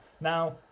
Now